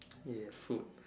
ya food